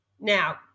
Now